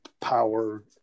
power